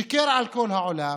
שיקר לכל העולם,